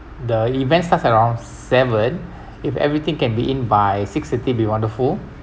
the event starts at around seven if everything can be in by six thirty it'll be wonderful